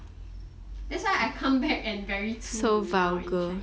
that's why I come back and very 粗鲁 now in chinese